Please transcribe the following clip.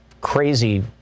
crazy